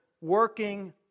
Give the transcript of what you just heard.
working